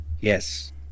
Yes